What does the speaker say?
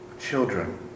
children